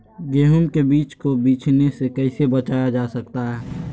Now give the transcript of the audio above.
गेंहू के बीज को बिझने से कैसे बचाया जा सकता है?